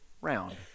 round